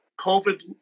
COVID